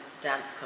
dance